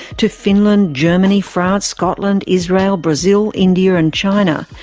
to finland, germany, france, scotland, israel, brazil, india and china.